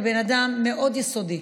אני בן אדם מאוד יסודי.